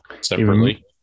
Separately